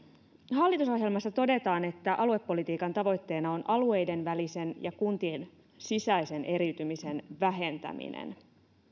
hallitusohjelmassa todetaan että aluepolitiikan tavoitteena on alueiden välisen ja kuntien sisäisen eriytymisen vähentäminen